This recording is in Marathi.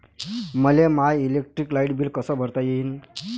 मले माय इलेक्ट्रिक लाईट बिल कस भरता येईल?